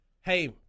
hey